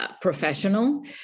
professional